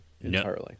entirely